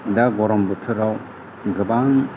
दा गरम बोथोराव गोबां